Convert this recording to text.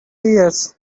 years